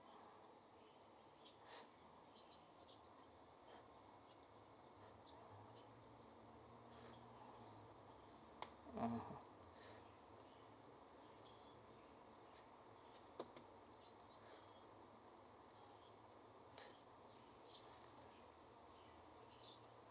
(uh huh)